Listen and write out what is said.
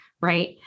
Right